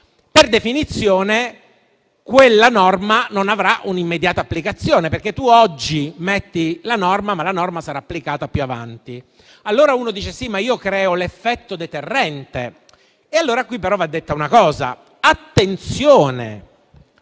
Per definizione, quindi, quella norma non avrà un'immediata applicazione, perché tu oggi stabilisci la norma, ma la norma sarà applicata più avanti. Allora uno dice: sì, ma io creo l'effetto deterrente. Qui però va detta una cosa: attenzione,